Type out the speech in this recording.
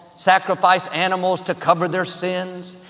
sacrifice animals to cover their sins.